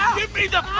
um give me the